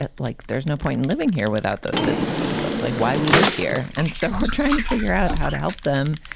like there's no point in living here without those businesses. that's like why we live here. and so we're trying to figure out how to help them.